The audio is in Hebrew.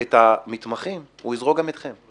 את המתמחים הוא יזרוק גם אתכם.